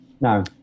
No